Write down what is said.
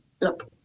look